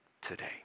today